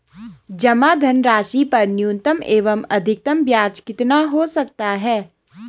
जमा धनराशि पर न्यूनतम एवं अधिकतम ब्याज कितना हो सकता है?